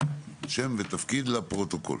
השם והתפקיד לפרוטוקול.